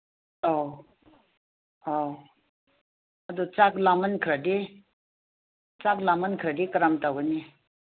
ꯑꯧ ꯑꯧ ꯑꯗꯨ ꯆꯥꯛ ꯂꯥꯝꯃꯟꯈ꯭ꯔꯗꯤ ꯆꯥꯛ ꯂꯥꯝꯃꯟꯈ꯭ꯔꯗꯤ ꯀꯔꯝ ꯇꯧꯒꯅꯤ